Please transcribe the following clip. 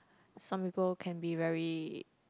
some people can be very